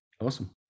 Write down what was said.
Awesome